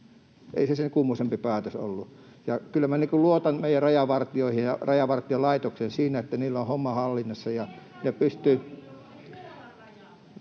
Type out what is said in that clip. Ei se sen kummoisempi päätös ollut. Ja kyllä minä luotan meidän rajavartioihin ja Rajavartiolaitokseen siinä, että niillä on homma hallinnassa